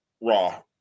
raw